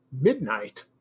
midnight